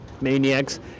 maniacs